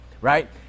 right